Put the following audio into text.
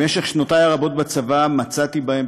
במשך שנותי הרבות בצבא מצאתי בהם,